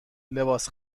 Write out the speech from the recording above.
لباس